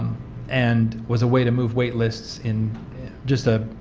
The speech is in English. and was a way to move weightless in just a,